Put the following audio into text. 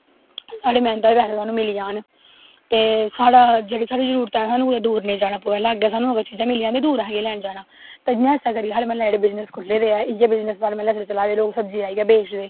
साढ़ी मैह्नता दे पैसे साह्नू मिली जान ते साढ़ा जेह्ड़ी साढ़ी जरूरत ऐ साह्नू कुदै दूर नेंई जाना पवै लाग्गै साह्नू अगर चीजां मिली जंदियां दूर असैं केह् लैन जाना तांईयै ऐसा करिया साढ़ै मह्ल्लै बिजनस खुल्ले दे इयै बिजनस साढ़ै मह्ल्लै चला दे लोग सब्जी लाईयै बेचदे